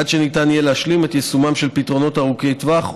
עד שניתן יהיה להשלים את יישומם של פתרונות ארוכי טווח,